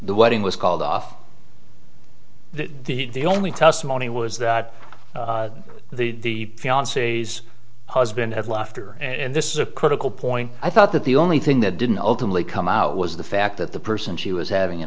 the wedding was called off the the only testimony was that the fiance's husband had left her and this is a critical point i thought that the only thing that didn't ultimately come out was the fact that the person she was having an